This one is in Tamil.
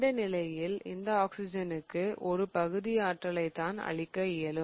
இந்த நிலையில் இந்த ஆக்ஸிஜனுக்கு ஒரு பகுதி ஆற்றலைத் தான் அளிக்க இயலும்